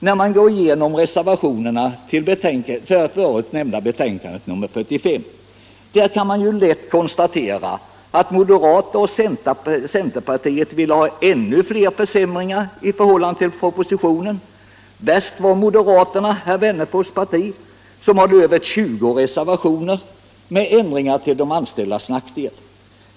Går man igenom reservationerna till nyssnämnda betänkande 45, kan man ju lätt konstatera att moderaterna och centerpartiet ville ha ännu flera försämringar i förhållande till propositionen. Värst var moderaterna som hade över 20 reservationer med ändringar till de anställdas nackdel.